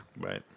Right